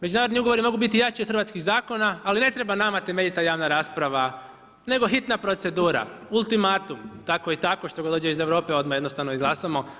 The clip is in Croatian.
Međunarodni ugovori mogu biti jači od hrvatskih zakona, ali ne treba nama temeljita javna rasprava nego hitna procedura, ultimatum tako i tako što god dođe iz Europe, odmah jednostavno izglasamo.